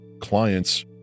clients